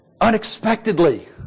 Unexpectedly